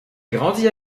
grandi